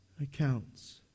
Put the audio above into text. accounts